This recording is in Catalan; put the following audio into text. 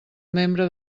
membre